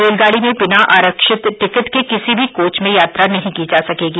रेलगाड़ी में बिना आरक्षित टिकट के किसी भी कोच में यात्रा नहीं की जा सकेगी